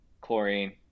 chlorine